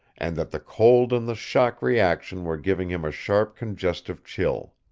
and that the cold and the shock reaction were giving him a sharp congestive chill.